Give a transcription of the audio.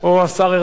משיב.